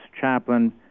chaplain